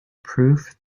proof